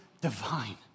divine